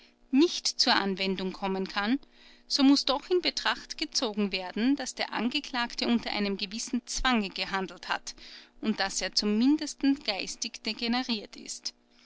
nicht zur anwendung kommen kann so muß doch in betracht gezogen werden daß der angeklagte unter einem gewissen zwange gehandelt hat und daß er zum mindesten geistig degeneriert ist